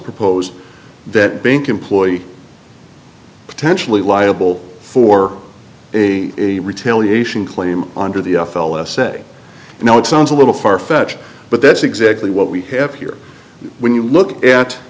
propose that bank employee potentially liable for a retail the ation claim under the f l s a you know it sounds a little farfetched but that's exactly what we have here when you look